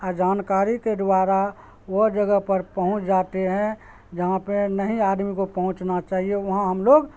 جانکاری کے دوارا وہ جگہ پر پہنچ جاتے ہیں جہاں پہ نہیں آدمی کو پہنچنا چاہیے وہاں ہم لوگ